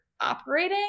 operating